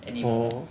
orh